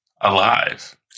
alive